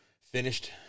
finished